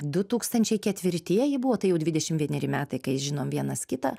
du tūkstančiai ketvirtieji buvo tai jau dvidešim vieneri metai kai žinom vienas kitą